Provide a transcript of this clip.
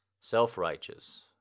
self-righteous